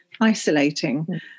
isolating